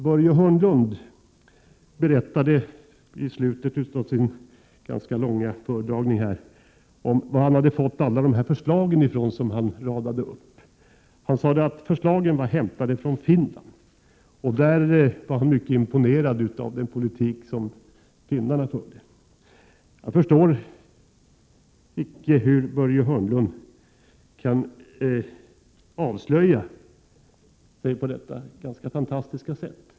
Börje Hörnlund berättade i slutet av sin ganska långa föredragning här om varifrån han fått alla de förslag han radade upp. Han sade att förslagen var hämtade från Finland, och han var mycket imponerad av den politik som finnarna för. Jag förstår icke hur Börje Hörnlund kan avslöja sig på detta sätt.